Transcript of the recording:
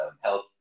health